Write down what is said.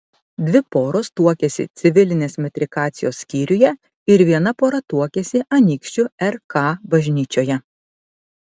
dvi poros tuokėsi civilinės metrikacijos skyriuje ir viena pora tuokėsi anykščių rk bažnyčioje